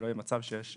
שלא יהיה מצב שיש